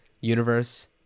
universe